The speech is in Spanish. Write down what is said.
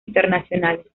internacionales